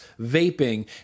vaping